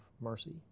mercy